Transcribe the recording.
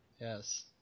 Yes